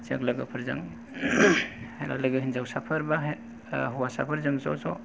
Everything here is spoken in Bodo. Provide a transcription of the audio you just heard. जों लोगोफोरजों लोगो हिनजावसाफोर बा हो होवासाफोरजों ज'ज'